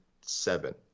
seven